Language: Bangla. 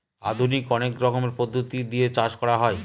আধুনিক অনেক রকমের পদ্ধতি দিয়ে চাষ করা হয়